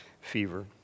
fever